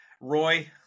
Roy